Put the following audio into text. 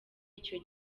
icyo